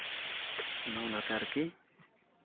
ᱚᱱᱟ ᱚᱱᱟ ᱛᱮ ᱟᱨᱠᱤ